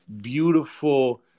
beautiful